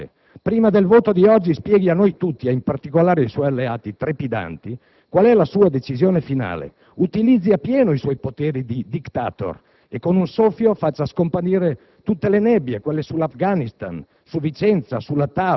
Ci vuole illuminare, qui, oggi. Ci tolga dalle ambasce; prima del voto di oggi spieghi a noi tutti, e in particolare ai suoi alleati trepidanti, qual è la sua decisione finale; utilizzi appieno i suoi poteri di *dictator* e, con un soffio, faccia scomparire